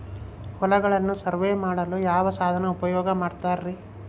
ಹೊಲಗಳನ್ನು ಸರ್ವೇ ಮಾಡಲು ಯಾವ ಸಾಧನ ಉಪಯೋಗ ಮಾಡ್ತಾರ ರಿ?